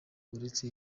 uretse